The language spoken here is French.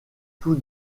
tous